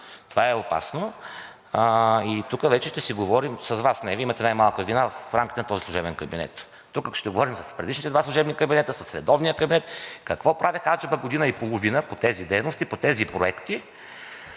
Това е опасно. Тук вече ще си говорим не с Вас – Вие имате най-малка вина в рамките на този служебен кабинет, но тук ще говорим с предишните два служебни кабинета, с редовния кабинет: какво правеха аджеба година и половина по тези дейности, по тези проекти,